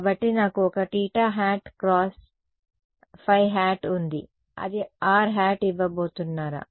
కాబట్టి నాకు ఒక θϕ ఉంది అది r ఇవ్వబోతున్నారా